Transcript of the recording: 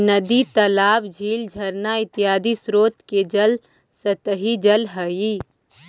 नदी तालाब, झील झरना इत्यादि स्रोत के जल सतही जल हई